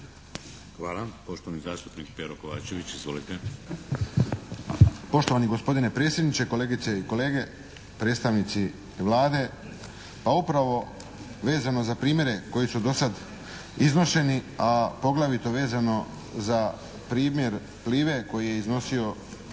Hvala. Poštovani zastupnik Pero Kovačević. Izvolite. **Kovačević, Pero (HSP)** Poštovani gospodine predsjedniče. Kolegice i kolege. Predstavnici Vlade. Pa upravo vezano za primjere koji su do sad iznošeni a poglavito vezano za primjer "Plive" koji je iznosio